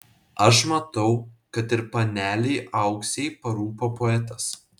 aš matau kad ir panelei auksei parūpo poetas